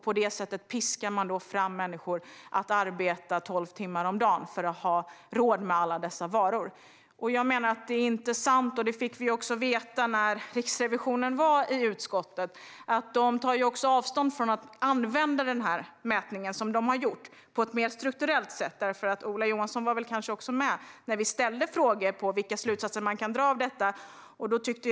På det sättet piskar man människor att arbeta tolv timmar om dagen för att ha råd med alla dessa varor. Jag menar att detta inte är sant. När Riksrevisionen var i utskottet fick vi också veta att de tar avstånd från användning av den mätning de har gjort på ett mer strukturellt sätt. Ola Johansson var kanske också med när vi ställde frågor om vilka slutsatser man kan dra av detta.